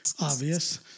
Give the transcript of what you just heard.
Obvious